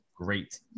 Great